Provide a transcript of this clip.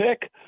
pick